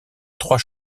trois